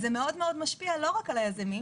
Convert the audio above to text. זה מאוד משפיע לא רק על היזמים,